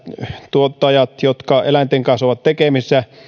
tuottajat jotka eläinten kanssa ovat tekemisissä